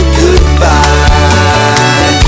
goodbye